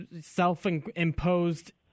self-imposed